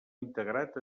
integrat